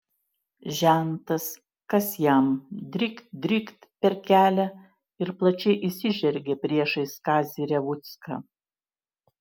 žentas kas jam drykt drykt per kelią ir plačiai išsižergė priešais kazį revucką